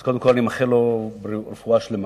אז קודם אני מאחל לו רפואה שלמה.